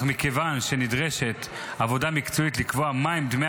אך מכיוון שנדרשת עבודה מקצועית לקבוע מהם דמי